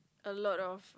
a lot of